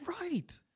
Right